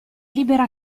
libera